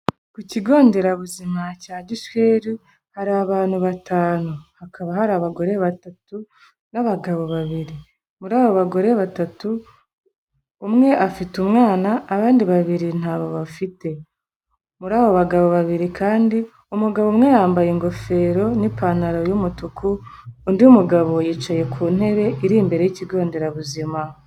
Ku kigo nderabuzima cya gishweru hari abantu batanu, hakaba hari abagore batatu n'abagabo babiri muri aba bagore batatu umwe afite umwana abandi babiri nta bafite, muri abo bagabo babiri kandi umugabo umwe yambaye ingofero n'ipantaro y'umutuku undi umugabo yicaye ku ntebe iri imbere y'ikigo nderabuzima.